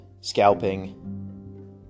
scalping